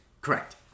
Correct